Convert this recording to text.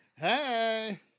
Hey